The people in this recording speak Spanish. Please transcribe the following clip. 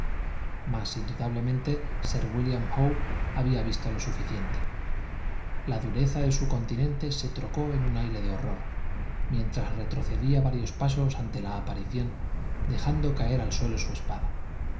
mas indudablemente sir wílliam howe había visto lo suficiente la dureza de su continente se trocó en un aire de horror mientras retrocedía varios pasos ante la aparición dejando caer al suelo su espada